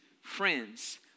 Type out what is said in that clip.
friends